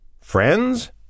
Friends